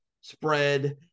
spread